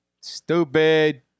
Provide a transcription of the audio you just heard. Stupid